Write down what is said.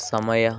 ಸಮಯ